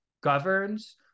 governs